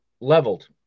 leveled